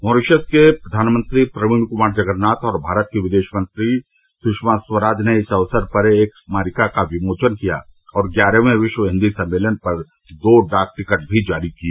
Mauritius के प्रघानमंत्री प्रवीण कुमार जगन्नाथ और भारत की विदेश मंत्री सुषमा स्वराज ने इस अवसर पर एक स्मारिका का विमोचन किया और ग्यारहवें विश्व हिन्दी सम्मेलन पर दो डाक टिकट भी जारी किए